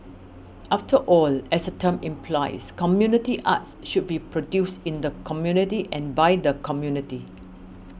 after all as the term implies community arts should be produced in the community and by the community